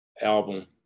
album